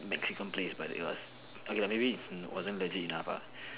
Mexican place but it was okay it wasn't legit enough ah